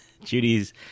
Judy's